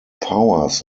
powers